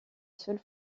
seule